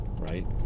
right